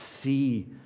see